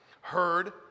heard